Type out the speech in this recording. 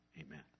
amen